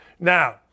Now